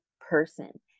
person